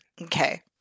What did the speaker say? Okay